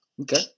Okay